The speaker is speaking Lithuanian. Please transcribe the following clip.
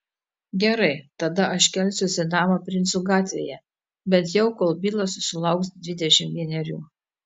gerai tada aš kelsiuosi į namą princų gatvėje bent jau kol bilas sulauks dvidešimt vienerių